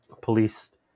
police